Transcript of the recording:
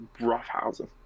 roughhousing